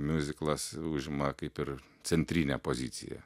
miuziklas užima kaip ir centrinę poziciją